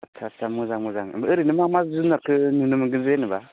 आच्चा आच्चा मोजां मोजां ओमफ्राय ओरैनो मा मा जुनारखौ नुनो मोनगोन जेनेबा